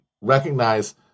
recognize